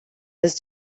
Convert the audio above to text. his